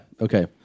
Okay